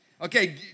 Okay